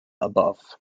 above